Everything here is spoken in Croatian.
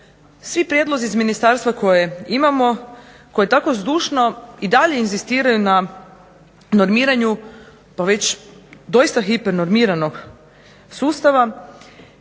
svi prijedlozi iz ministarstva koje imamo, koji tako zdušno i dalje inzistiraju na normiranju pa već doista hipernormiranog sustava,